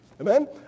Amen